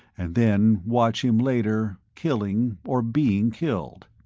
and then watch him later, killing or being killed.